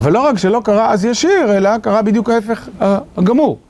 אבל לא רק שלא קרה אז ישיר, אלא קרה בדיוק ההפך הגמור.